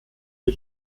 die